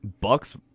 Bucks